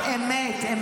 אני מדברת על הצמרת.